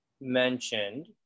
mentioned